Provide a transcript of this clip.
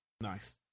nice